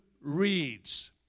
reads